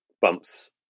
bumps